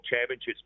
championships